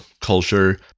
culture